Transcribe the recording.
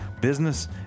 business